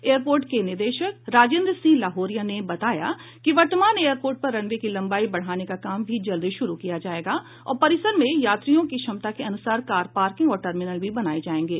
airport के निदेशक राजेन्द्र सिंह लाहोरिया ने बताया है कि वर्तमान एयरपोर्ट पर रनवे की लंबाई बढ़ाने का काम भी जल्द शुरू किया जाएगा और परिसर में यात्रियों की क्षमता के अनुसार कार पार्किंग और टर्मिनल भी बनाए जाएंगे